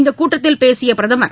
இந்தக் கூட்டத்தில் பேசிய பிரதமர்